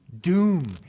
doom